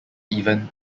even